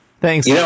Thanks